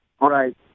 Right